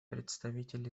представитель